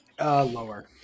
Lower